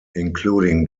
including